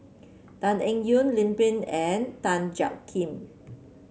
Tan Eng Yoon Lim Pin and Tan Jiak Kim